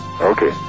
Okay